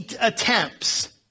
attempts